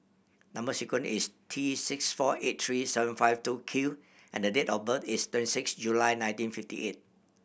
number sequence is T six four eight three seven five two Q and the date of birth is twenty six July nineteen fifty eight